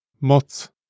mots